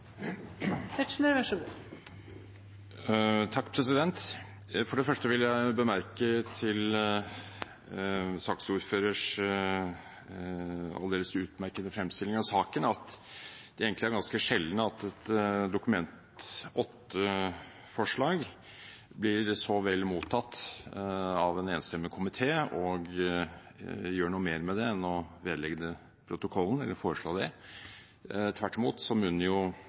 en sak så raskt som mulig når dette er vurdert på en god måte. For det første vil jeg bemerke til saksordførers aldeles utmerkede fremstilling av saken at det egentlig er ganske sjelden at et Dokument 8-forslag blir så vel mottatt at en enstemmig komité gjør noe mer med det enn å foreslå å vedlegge det protokollen. Tvert imot munner